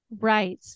Right